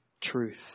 truth